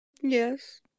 Yes